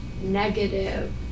negative